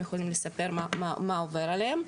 הם יכולים לספר מה עובר עליהם.